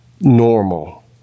normal